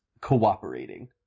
cooperating